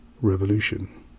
revolution